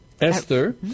Esther